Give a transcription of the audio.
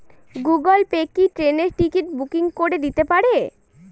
Google Pay কি ট্রেনের ticket booking করে দিতে পারে?